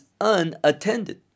unattended